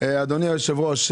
אדוני יושב הראש,